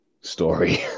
story